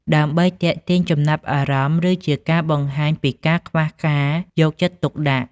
ដើម្បីទាក់ទាញចំណាប់អារម្មណ៍ ឬជាការបង្ហាញពីការខ្វះការយកចិត្តទុកដាក់។